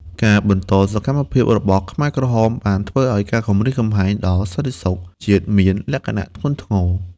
ការបន្តសកម្មភាពរបស់ខ្មែរក្រហមបានធ្វើឱ្យការគំរាមកំហែងដល់សន្តិសុខជាតិមានលក្ខណៈធ្ងន់ធ្ងរ។